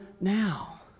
now